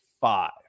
five